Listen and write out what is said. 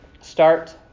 Start